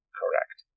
correct